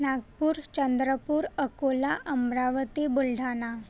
Nagpur Chandrapur Akola Amravati Buldhana